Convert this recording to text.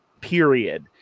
period